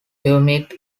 humid